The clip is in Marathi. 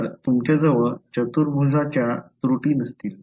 तर तुमच्याजवळ चतुर्भुजच्या त्रुटी नसतील